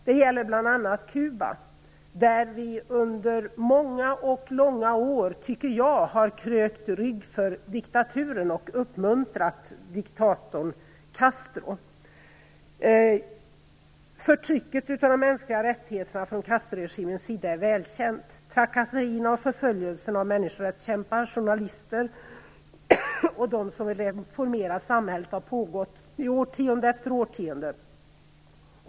Det gäller bl.a. Kuba där jag tycker att vi under många och långa år har krökt rygg för diktaturen och uppmuntrat diktatorn Castro. Castroregimens förtryck av de mänskliga rättigheterna är välkänt. Trakasserierna och förföljelserna av människorättskämpar, journalister och dem som vill reformera samhället har pågått i årtionde efter årtionde.